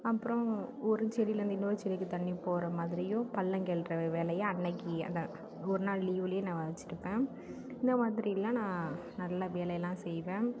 அப்புறம் ஒரு செடியில் இருந்து இன்னொரு செடிக்கு தண்ணி போகிற மாதிரியும் பள்ளம் கிளற வேலையை அன்னிக்கி அந்த ஒரு நாள் லீவ்லே நான் வச்சுருப்பேன் இந்த மாதிரியெலாம் நான் நல்ல வேலை எல்லாம் செய்வேன்